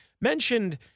Mentioned